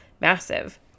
massive